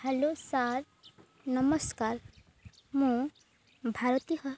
hello sir ନମସ୍କାର ମୁଁ ଭାରତୀ